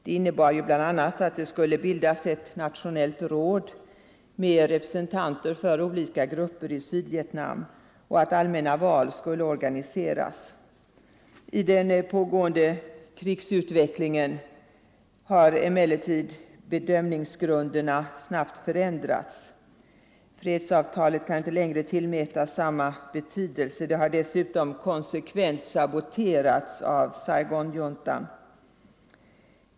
Det innebar bl.a. att det skulle bildas ett nationellt råd med representanter för olika grupper i Sydvietnam och att allmänna val skulle organiseras. I den pågående krigsutvecklingen har emellertid bedömningsgrunderna snabbt förändrats. Fredsavtalet kan inte längre tillmätas samma betydelse. Det har dessutom konsekvent saboterats av Saigonregeringen.